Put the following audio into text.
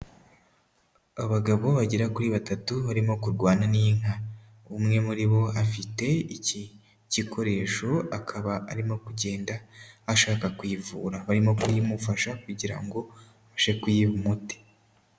Abagabo bagera kuri batatu barimo kurwana n'inka. Umwe muri bo afite iki gikoresho, akaba arimo kugenda ashaka kuyivura. Barimo kuyimufasha kugira ngo abashe kuyiha umuti.